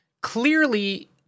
clearly